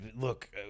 look